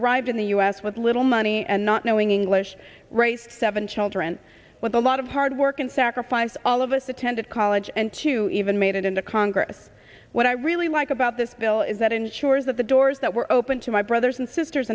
arrived in the u s with little money and not knowing english right seven children what a lot of hard work and sacrifice all of us attended college and to even made it in the congress what i really like about this bill is that ensures that the doors that were open to my brothers and sisters